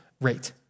rate